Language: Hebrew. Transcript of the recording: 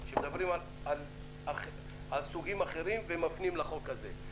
כשמדברים על סוגים אחרים ומפנים לחוק הזה.